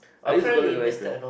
I used to collect lighter